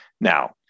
Now